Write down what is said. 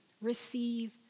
receive